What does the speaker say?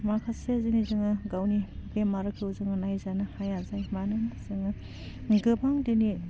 माखासे दिनै जोङो गावनि बेमारखौ जोङो नायजानो हाया जाय मानो जोङो गोबां दिनै